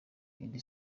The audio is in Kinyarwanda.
indi